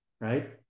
Right